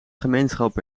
gemeenschap